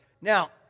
Now